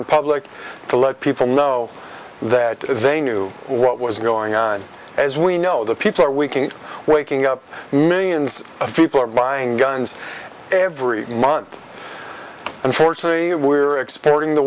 in public to let people know that they knew what was going on as we know the people are waking waking up millions of people are buying guns every month unfortunately we're exporting the